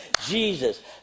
Jesus